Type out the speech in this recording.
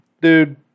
Dude